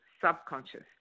subconscious